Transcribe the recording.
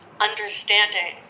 understanding